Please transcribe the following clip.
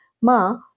Ma